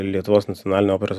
lietuvos nacionalinio operos